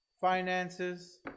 finances